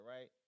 right